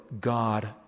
God